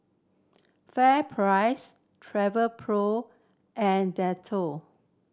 FairPrice Travelpro and Dettol